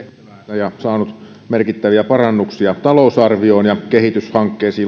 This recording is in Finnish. tehtäväänsä ja saanut merkittäviä parannuksia talousarvioon kehityshankkeisiin